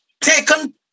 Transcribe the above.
taken